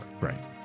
Right